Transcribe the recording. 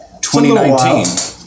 2019